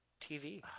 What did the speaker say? TV